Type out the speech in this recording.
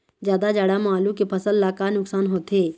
जादा जाड़ा म आलू के फसल ला का नुकसान होथे?